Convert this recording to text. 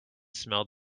smell